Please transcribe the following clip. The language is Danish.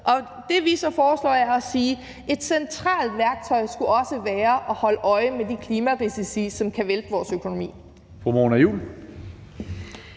det, vi så foreslår, er, at et centralt værktøj også skulle være at holde øje med de klimarisici, som kan vælte vores økonomi.